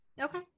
Okay